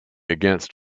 against